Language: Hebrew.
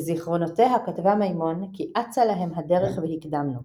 בזכרונותיה כתבה מימון כי "אצה להם הדרך והקדמנו".